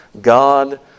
God